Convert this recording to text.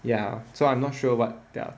ya so I'm not sure what their